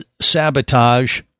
sabotage